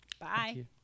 Bye